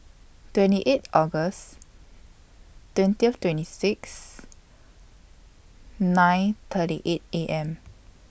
twenty eight August twentieth twenty six nine thirty eight A M